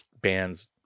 bands